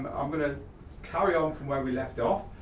i'm gonna carry on from where we left off.